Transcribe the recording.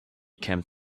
camp